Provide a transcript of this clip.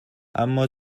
اما